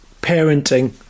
parenting